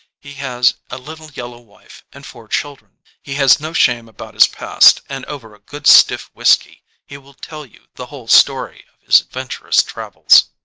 he has a little yellow wife and four children. he has no shame about his past and over a good stiff whisky he will tell you the whole story of his ad venturous travels.